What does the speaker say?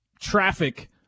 traffic